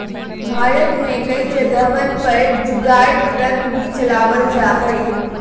भारत में कई जगहवन पर जुगाड़ ट्रक भी चलावल जाहई